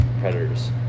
predators